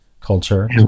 culture